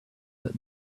that